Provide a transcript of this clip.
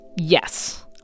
Yes